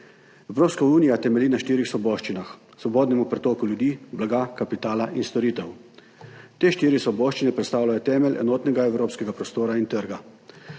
Evropska unija temelji na štirih svoboščinah – svobodnem pretoku ljudi, blaga, kapitala in storitev. Te štiri svoboščine predstavljajo temelj enotnega evropskega prostora in trga,